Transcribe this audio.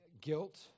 guilt